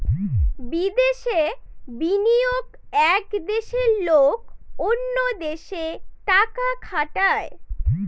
বিদেশে বিনিয়োগ এক দেশের লোক অন্য দেশে টাকা খাটায়